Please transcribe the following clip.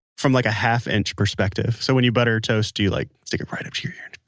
from like a half-inch perspective. so, when you butter toast, do you like stick it right up to your ear?